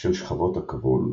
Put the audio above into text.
בשל שכבות הכבול,